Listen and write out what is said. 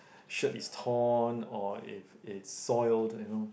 shirt is torn or if it's soiled you know